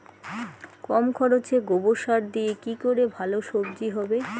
কম খরচে গোবর সার দিয়ে কি করে ভালো সবজি হবে?